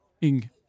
Ing